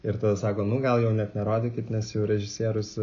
ir tada sako nu gal jau net nerodykit nes jau režisierius